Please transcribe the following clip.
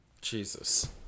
Jesus